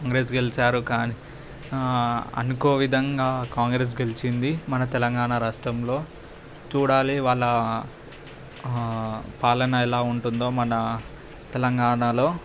కాంగ్రెస్ గెలిచారు కానీ అనుకోని విధంగా కాంగ్రెస్ గెలిచింది మన తెలంగాణ రాష్ట్రంలో చూడాలి వాళ్ళ పాలన ఎలా ఉంటుందో మన తెలంగాణలో